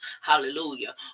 hallelujah